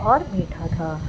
اور میٹھا تھا